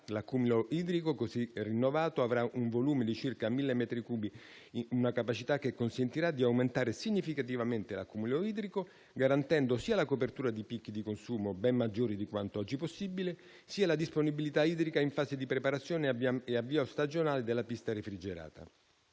L'accumulo idrico, così rinnovato, avrà un volume di circa 1.000 metri cubi e una capacità che consentirà di aumentare significativamente l'accumulo idrico, garantendo sia la copertura di picchi di consumo ben maggiori di quanto oggi possibile, sia la disponibilità idrica in fase di preparazione e avvio stagionale della pista refrigerata.